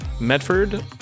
Medford